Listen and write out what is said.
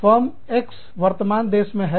form X वर्तमान देश में है